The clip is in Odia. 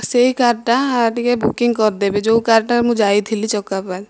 ସେହି କାର୍ଟା ଟିକେ ବୁକିଂ କରିଦେବେ ଯେଉଁ କାର୍ଟାରେ ମୁଁ ଯାଇଥିଲି ଚକାପାଦ